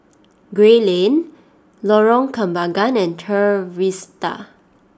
Gray Lane Lorong Kembagan and Trevista